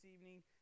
evening